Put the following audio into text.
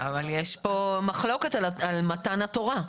יש פה מחלוקת על מתן התורה...